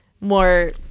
more